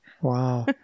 Wow